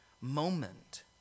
moment